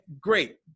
great